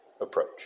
approach